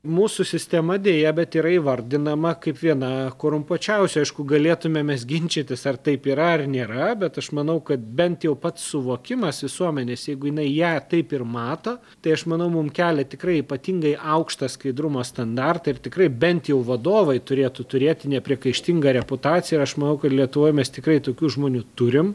mūsų sistema deja bet yra įvardinama kaip viena korumpuočiausių aišku galėtume mes ginčytis ar taip yra ar nėra bet aš manau kad bent jau pats suvokimas visuomenės jeigu jinai ją taip ir mato tai aš manau mum kelia tikrai ypatingai aukštą skaidrumo standartą ir tikrai bent jau vadovai turėtų turėti nepriekaištingą reputaciją ir aš manau kad lietuvoj mes tikrai tokių žmonių turim